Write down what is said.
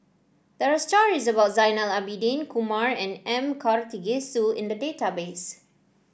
there are stories about Zainal Abidin Kumar and M Karthigesu in the database